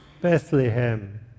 Bethlehem